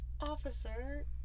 officer